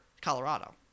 Colorado